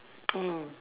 mm